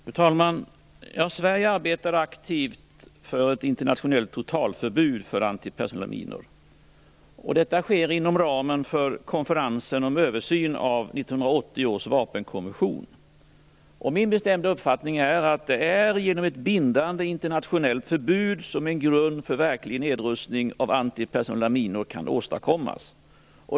Fru talman! Sverige arbetar aktivt för ett internationellt totalförbud för antipersonella minor. Detta sker inom ramen för konferensen om översyn av 1980-års vapenkonvention. Min bestämda uppfattning är att det är genom ett bindande internationellt förbud som en grund för verklig nedrustning av antipersonella minor kan åstadkommas.